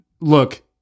look